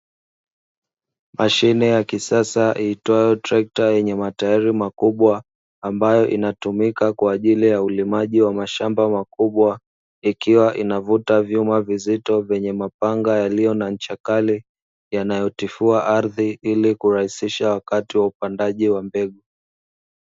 Mashine ya kisasa itwayo trekta yenye matairi makubwa, ambayo inatumika kwa ajili ya ulimaji wa mashamba makubwa, ikiwa inavuta vyuma vizito vyenye mapanga yaliyo na ncha kali, yanayotifua ardhi ili kurahisisha wakati wa upandaji wa mbegu.